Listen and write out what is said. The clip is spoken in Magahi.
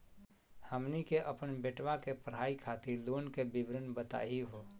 हमनी के अपन बेटवा के पढाई खातीर लोन के विवरण बताही हो?